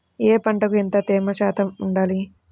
ఏ పంటకు ఎంత తేమ శాతం ఉండాలి?